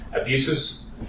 Abuses